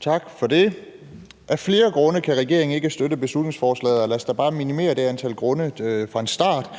Tak for det. Af flere grunde kan regeringen ikke støtte beslutningsforslaget. Så lad os da bare minimere det antal grunde fra en start.